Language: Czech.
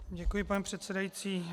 Děkuji, pane předsedající.